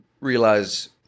realize